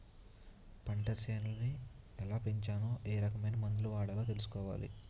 పంటసేలని ఎలాపెంచాలో ఏరకమైన మందులు వాడాలో తెలుసుకోవాలి